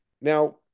Now